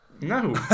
No